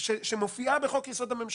שמופיעה בחוק יסוד: הממשלה.